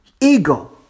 Ego